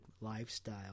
lifestyle